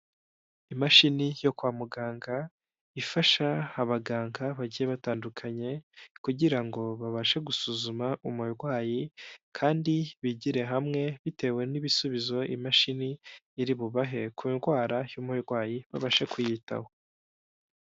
Imashini yo kwa muganga ifasha abaganga bagiye batandukanye kugira ngo babashe gusuzuma umurwayi kandi bigire hamwe bitewe n'ibisubizo imashini iri bubahe ku ndwara y'umurwayi babashe kuyitaho.